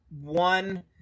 one –